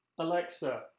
Alexa